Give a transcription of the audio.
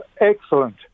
excellent